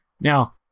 Now